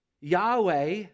Yahweh